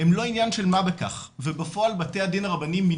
הם לא עניין של מה בכך ובפועל בתי הדין הרבניים,